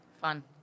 Fun